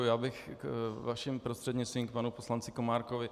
Já bych vaším prostřednictvím k panu poslanci Komárkovi.